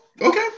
okay